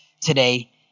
today